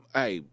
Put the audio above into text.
hey